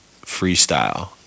freestyle